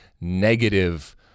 negative